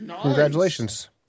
Congratulations